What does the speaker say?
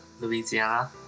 Louisiana